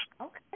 Okay